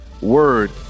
word